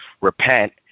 repent